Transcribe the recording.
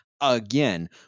again